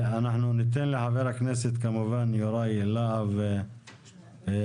אנחנו ניתן לחבר הכנסת כמובן יוראי להב לדבר.